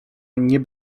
nie